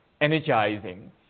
energizing